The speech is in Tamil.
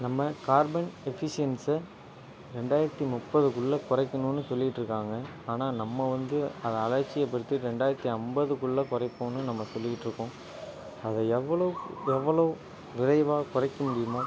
நம்ம கார்பன் எஃபிஷியன்ஸை ரெண்டாயிரத்தி முப்பதுக்குள்ள குறைக்கணுனு சொல்லிட்டு இருக்காங்க ஆனால் நம்ம வந்து அதை அலட்சியப்படுத்தி ரெண்டாயிரத்தி ஐம்பதுக்குள்ள குறைப்போம்னு நம்ம சொல்லிகிட்டிருக்கோம் அதை எவ்வளோ எவ்வளோ விரைவாக குறைக்க முடியுமோ